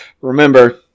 remember